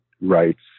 rights